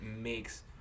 makes